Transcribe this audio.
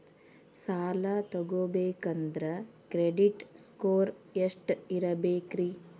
ಸಾಲ ತಗೋಬೇಕಂದ್ರ credit score ಎಷ್ಟ ಇರಬೇಕ್ರಿ?